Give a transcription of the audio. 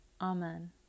Amen